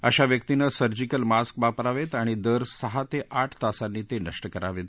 अशा व्यक्तीनं surgical mask वापरावेत आणि दर सहा ते आठ तासांनी ते नष्ट करावेत